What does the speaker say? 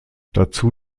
dazu